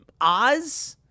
Oz